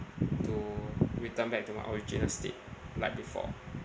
to return back to my original state like before